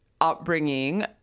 upbringing